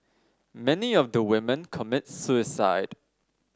many of the women commit suicide